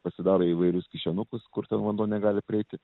pasidaro įvairius kišenukus kur ten vanduo negali prieiti